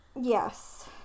Yes